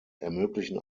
ermöglichen